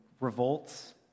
revolts